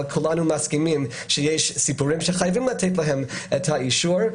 אבל כולנו מסכימים שיש סיפורים שחייבים לתת להם את האישור,